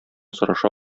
сораша